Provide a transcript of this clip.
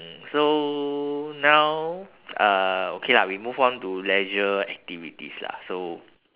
mm so now uh okay lah we move on to leisure activities lah so